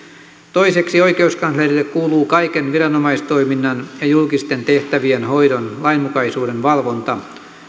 toiseksi oikeuskanslerille kuuluu kaiken viranomaistoiminnan ja julkisten tehtävien hoidon lainmukaisuuden valvonta